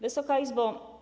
Wysoka Izbo!